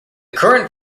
current